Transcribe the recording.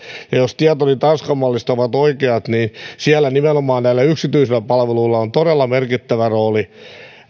jos tietoni tanskan mallista ovat oikeat niin siellä nimenomaan näillä yksityisillä palveluilla on todella merkittävä rooli